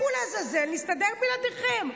לכו לעזאזל, נסתדר בלעדיכם.